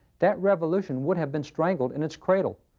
that revolution would have been strangled in its cradle.